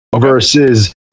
Versus